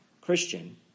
Christian